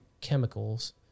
chemicals